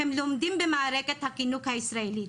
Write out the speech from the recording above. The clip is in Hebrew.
הם לומדים במערכת החינוך הישראלית,